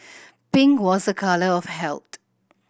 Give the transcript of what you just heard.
pink was a colour of health